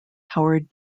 howard